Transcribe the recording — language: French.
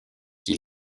qui